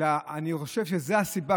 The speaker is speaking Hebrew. אלא אני חושב שזו הסיבה,